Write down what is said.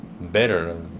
better